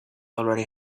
already